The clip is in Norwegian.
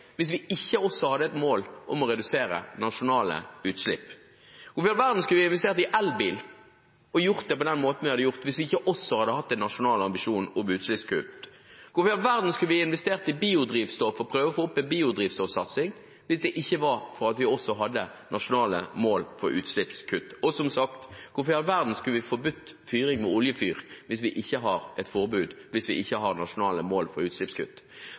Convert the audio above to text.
hvis vi ikke også hadde et mål om å redusere nasjonale utslipp? Hvorfor i all verden skulle vi investert i elbil og gjort det på den måten vi hadde gjort hvis vi ikke også hadde hatt en nasjonal ambisjon om utslippskutt? Hvorfor i all verden skulle vi investert i biodrivstoff og prøvd å få opp biodrivstoffsatsing hvis det ikke var for at vi også hadde nasjonale mål for utslippskutt? Og som sagt, hvorfor i all verden skulle vi forbudt fyring med oljefyr hvis vi ikke har et forbud, hvis vi ikke har nasjonale mål for utslippskutt?